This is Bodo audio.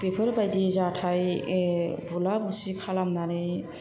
बेफोरबायदि जाथाय बुला बुसि खालामनानै